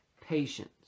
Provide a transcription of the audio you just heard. patience